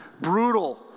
brutal